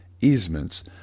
easements